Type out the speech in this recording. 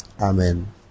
Amen